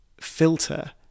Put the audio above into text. filter